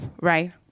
right